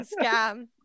scam